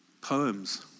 poems